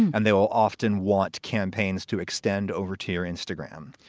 and they will often want campaigns to extend over to your instagram.